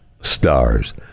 stars